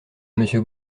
monsieur